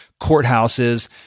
courthouses